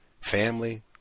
family